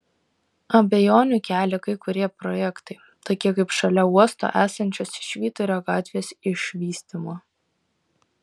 abejonių kelia kai kurie projektai tokie kaip šalia uosto esančios švyturio gatvės išvystymo